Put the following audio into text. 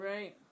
Right